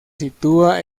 sitúa